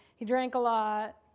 he drank a lot.